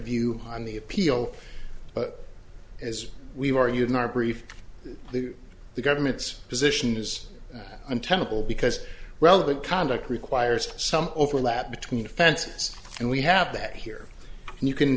view on the appeal but as we were using our brief the government's position is untenable because relevant conduct requires some overlap between offenses and we have that here and you can